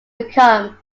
become